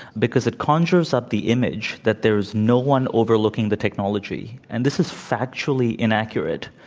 because it conjures up the image that there is no one overlooking the technology, and this is factually inaccurate.